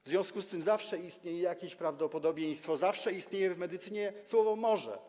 W związku z tym zawsze istnieje jakieś prawdopodobieństwo, zawsze jest używane w medycynie słowo „może”